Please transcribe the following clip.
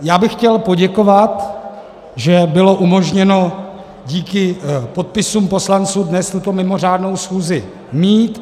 Já bych chtěl poděkovat, že bylo umožněno díky podpisům poslanců dnes tuto mimořádnou schůzi mít.